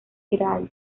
gerais